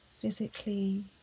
physically